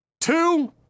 two